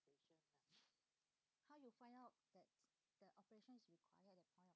how you find out that the operations required